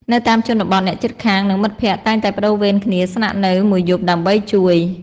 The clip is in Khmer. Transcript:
នៅតាមជនបទ អ្នកជិតខាង និងមិត្តភ័ក្តិតែងតែប្តូរវេនគ្នាស្នាក់នៅមួយយប់ដើម្បីជួយ។